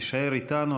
תישאר איתנו.